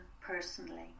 personally